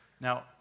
Now